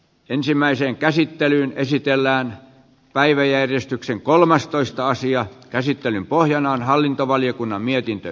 ensimmäisen käsittelyn esitellään päiväjärjestyksen kolmastoista asian käsittelyn pohjana on hallintovaliokunnan mietintö